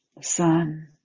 sun